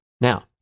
Now